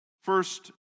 first